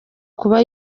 kuba